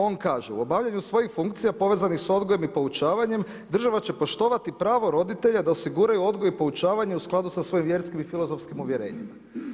On kaže, u obavljanju svojih funkcija povezanih s odgojem i poučavanjem, država će poštovati pravo roditelja da osiguraju odgoj i poučavanje u skladu sa svojim vjerskim i filozofskim uvjerenjima.